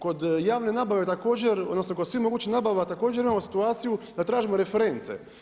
Kod javne nabave također odnosno kod svih mogućih nabava također imamo situaciju da tražimo reference.